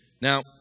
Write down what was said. Now